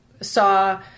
saw